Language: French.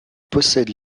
possède